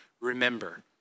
remember